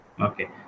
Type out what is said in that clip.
Okay